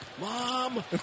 mom